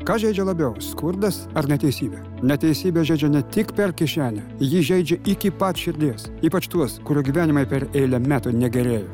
kas žeidžia labiau skurdas ar neteisybė neteisybė žeidžia ne tik per kišenę ji žeidžia iki pat širdies ypač tuos kurių gyvenimai per eilę metų negerėja